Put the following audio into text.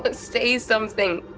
but say something.